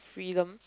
freedom